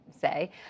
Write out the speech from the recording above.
say